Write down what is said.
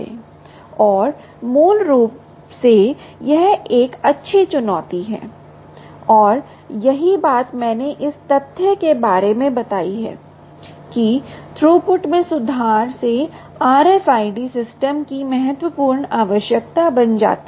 और मूल रूप से यह एक अच्छी चुनौती है और यही बात मैंने इस तथ्य के बारे में बताई है कि थ्रूपुट में सुधार से RFID सिस्टम की महत्वपूर्ण आवश्यकता बन जाती है